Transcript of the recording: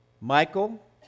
Michael